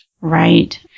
Right